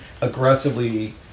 aggressively